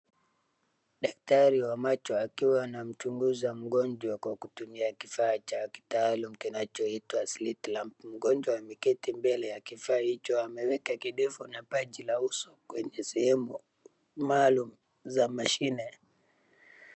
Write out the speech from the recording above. Daktari wa macho akiwa anamchunguza mgonjwa kwa kutumia kifaa cha kitaalum kinachoitwa slit lamp . Mgonjwa ameketi mbele ya kifaa hicho ameweka kidevu na paji la uso kwenye sehemu maalum za mashine.